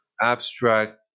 abstract